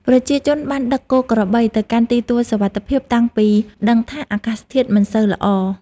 ប្រជាជនបានដឹកគោក្របីទៅកាន់ទីទួលសុវត្ថិភាពតាំងពីដឹងថាអាកាសធាតុមិនសូវល្អ។